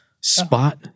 spot